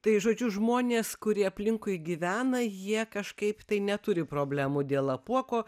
tai žodžiu žmonės kurie aplinkui gyvena jie kažkaip tai neturi problemų dėl apuoko